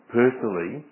personally